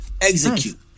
Execute